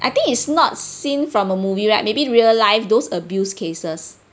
I think it's not scene from a movie right maybe real life those abuse cases